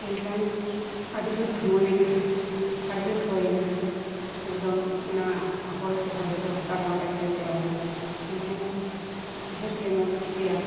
ᱮᱱᱠᱷᱟᱱ ᱟᱹᱰᱤᱡᱳᱨ ᱫᱷᱩᱣᱟᱹᱭᱮᱱᱟ ᱟᱹᱰᱤᱡᱳᱨ ᱥᱚᱭᱮᱱᱟ ᱮᱠᱫᱚᱢ ᱚᱱᱟ ᱦᱚᱭ ᱠᱚᱦᱚᱸ ᱡᱚᱛᱚ ᱠᱟᱨᱵᱚᱱ ᱰᱟᱭᱼᱚᱠᱥᱟᱭᱤᱰ ᱪᱟᱵᱟᱭᱮᱱᱟ ᱮᱱᱠᱷᱟᱱ ᱩᱭᱦᱟᱹᱨ ᱠᱮᱫᱟ ᱱᱚᱣᱟ ᱫᱚ ᱪᱤᱠᱟᱹᱭᱟᱢ